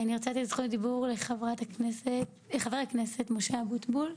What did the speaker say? אני רוצה לתת את זכות הדיבור לחבר הכנסת משה אבוטבול.